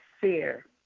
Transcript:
fear